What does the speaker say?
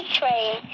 train